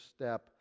step